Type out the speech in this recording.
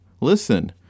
listen